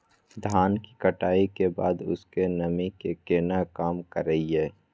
धान की कटाई के बाद उसके नमी के केना कम करियै?